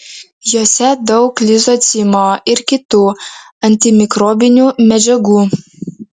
jose daug lizocimo ir kitų antimikrobinių medžiagų